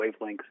wavelengths